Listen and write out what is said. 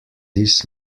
this